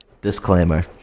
Disclaimer